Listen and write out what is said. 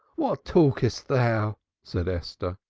what talkest thou? said esther.